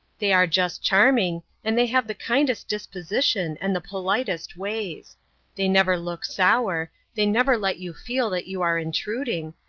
they are just charming, and they have the kindest disposition and the politest ways they never look sour, they never let you feel that you are intruding,